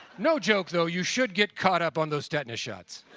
no joke, though, you should get caught up on those tetanus shots.